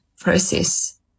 process